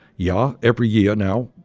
yeah every year now,